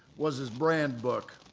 was his brand book,